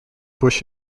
bush